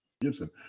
Gibson